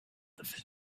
the